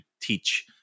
teach